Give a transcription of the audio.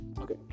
Okay